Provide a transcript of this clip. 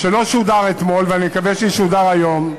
שלא שודר אתמול, ואני מקווה שישודר היום,